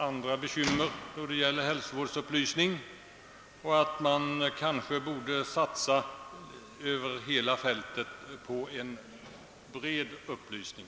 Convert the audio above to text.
andra bekymmer då det gäller hälsovårdsupplysning och att man kanske borde satsa över hela fältet på en bred upplysning.